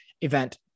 event